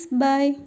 bye